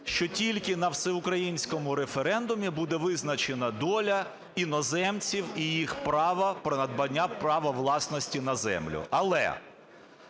що тільки на Всеукраїнському референдумі буде визначена доля іноземців і їх право про надбання права власності на землю. Але